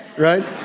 right